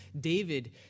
David